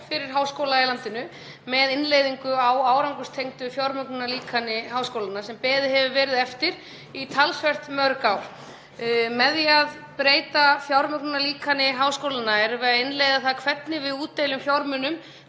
fyrir háskóla í landinu með innleiðingu á árangurstengdu fjármögnunarlíkani háskólanna sem beðið hefur verið eftir í talsvert mörg ár. Með því að breyta fjármögnunarlíkani háskólanna erum við að innleiða það hvernig við útdeilum fjármunum